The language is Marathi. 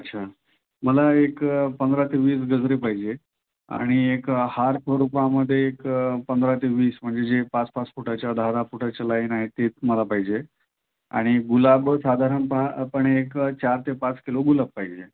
अच्छा मला एक पंधरा ते वीस गजरे पाहिजे आणि एक हार स्वरुपामध्ये एक पंधरा ते वीस म्हणजे जे पाच पाच फुटाच्या दहा दहा फुटाच्या लाईन आहे तेच मला पाहिजे आणि गुलाब साधारण पहा पणे एक चार ते पाच किलो गुलाब पाहिजे